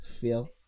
feel